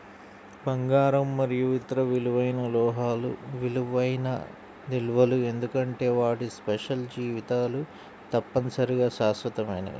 బంగారం మరియు ఇతర విలువైన లోహాలు విలువైన నిల్వలు ఎందుకంటే వాటి షెల్ఫ్ జీవితాలు తప్పనిసరిగా శాశ్వతమైనవి